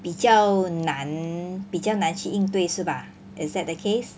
比较难比较难去应对是吧 is that the case